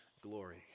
glory